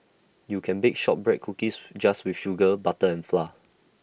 you can bake Shortbread Cookies just with sugar butter and flour